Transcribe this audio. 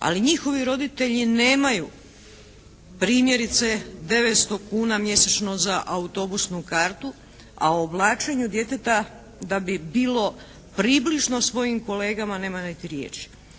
Ali njihovi roditelji nemaju primjerice 900 kuna mjesečno za autobusnu kartu, a o oblačenju djeteta da bi bilo približno svojim kolegama nema niti riječi.